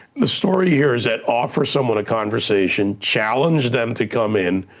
the story here is that, offer someone a conversation, challenge them to come in,